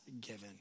given